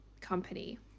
company